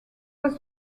was